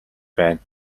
байна